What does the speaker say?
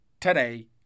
today